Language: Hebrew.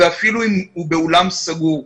ואפילו אם הוא באולם סגור,